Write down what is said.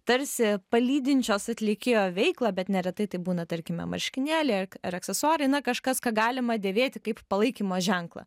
tarsi palydinčios atlikėjo veiklą bet neretai tai būna tarkime marškinėliai ar aksesuarai na kažkas ką galima dėvėti kaip palaikymo ženklą